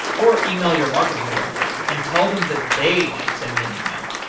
or email your marketing director and tell them that they should send me an email,